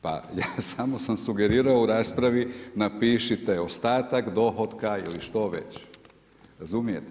Pa ja samo sam sugerirao u raspravi napišite ostatak dohotka ili što već, razumijete.